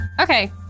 Okay